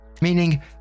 meaning